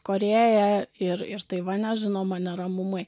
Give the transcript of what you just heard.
korėja ir ir taivane žinoma neramumai